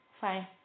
fine